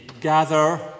gather